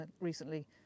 recently